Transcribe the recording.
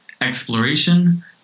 exploration